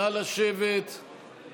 אתה נמנה עם אלה שסבורות וסבורים